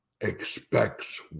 expects